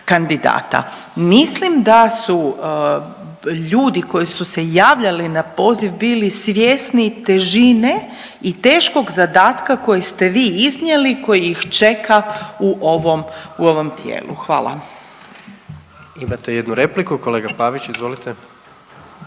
kandidata. Mislim da su ljudi koji su se javljali na poziv bili svjesni težine i teškog zadatka koji ste vi iznijeli koji ih čeka u ovom, u ovom dijelu. Hvala. **Jandroković, Gordan (HDZ)** Imate jednu repliku, kolega Pavić izvolite.